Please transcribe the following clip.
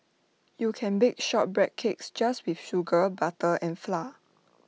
you can bake shortbread cakes just with sugar butter and flour